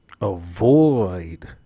avoid